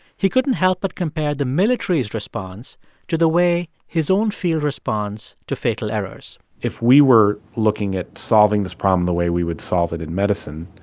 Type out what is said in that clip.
he couldn't help but compared the military's response to the way his own field responds to fatal errors if we were looking at solving this problem the way we would solve it in medicine,